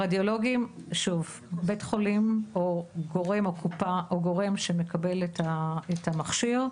שוב: בית חולים, קופה או גורם שמקבל את המכשיר,